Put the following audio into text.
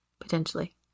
potentially